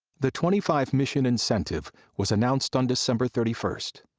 the twenty five mission incentive was announced on december thirty first.